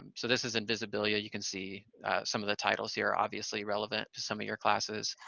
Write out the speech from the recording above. so this is invisibilia. you can see some of the titles here are obviously relevant to some of your classes.